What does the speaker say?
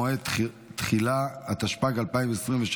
(דחיית מועד תחילה), התשפ"ג 2023,